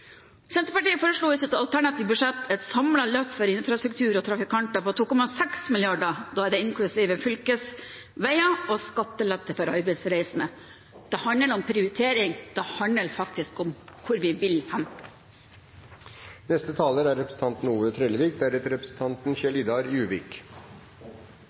Senterpartiet foreslo i sitt alternative budsjett et samlet løft for infrastruktur og trafikanter på 2,6 mrd. kr. Det er inklusive fylkesveier og skattelette for arbeidsreiser. Det handler om prioritering, det handler faktisk om hvor vi vil